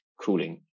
cooling